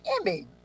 Emmy